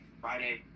Friday